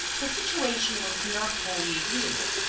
the situation was not wholly agreeable.